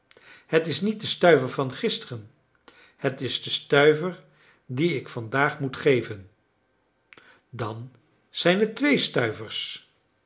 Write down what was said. het is niet de stuiver van gisteren het is de stuiver dien ik vandaag moet geven dan zijn het twee stuivers